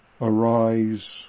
arise